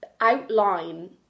outline